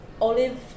olive